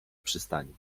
przystani